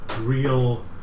real